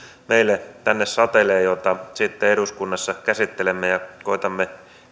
satelee näitä esityksiä joita sitten eduskunnassa käsittelemme ja koetamme